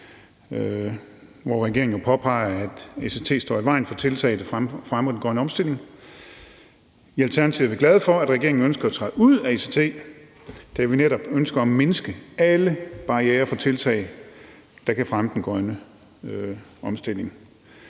hvor regeringen jo påpeger, at ECT står i vejen for tiltag, der fremmer den grønne omstilling. I Alternativet er vi glade for, at regeringen ønsker at træde ud af ECT, da vi netop ønsker at mindske alle barrierer for tiltag, der kan fremme den grønne omstilling.